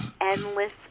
endless